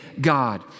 God